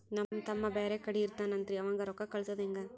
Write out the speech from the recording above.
ನಮ್ ತಮ್ಮ ಬ್ಯಾರೆ ಕಡೆ ಇರತಾವೇನ್ರಿ ಅವಂಗ ರೋಕ್ಕ ಕಳಸದ ಹೆಂಗ?